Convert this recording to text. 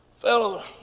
fellow